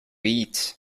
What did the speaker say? eat